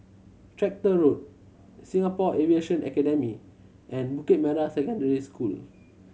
Tractor Road Singapore Aviation Academy and Bukit Merah Secondary School